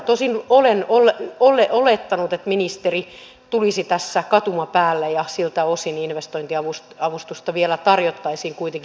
tosin olen olettanut että ministeri tulisi tässä katumapäälle ja siltä osin investointiavustusta vielä tarjottaisiin kuitenkin joillekin ryhmille